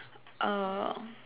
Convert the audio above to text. um